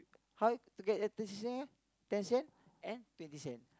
how to get a thirty cent ten cent and twenty cent